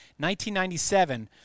1997